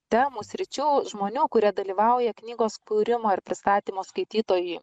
temų sričių žmonių kurie dalyvauja knygos kūrimo ir pristatymo skaitytojui